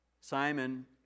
Simon